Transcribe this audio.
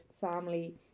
family